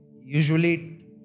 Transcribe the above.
usually